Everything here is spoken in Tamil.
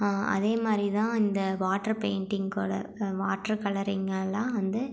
அதே மாதிரி தான் இந்த வாட்டர் பெயிண்ட்டிங் கலர் வாட்டர் கலரிங்கெல்லாம் வந்து